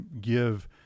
give